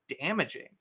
damaging